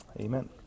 Amen